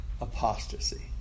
apostasy